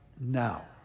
now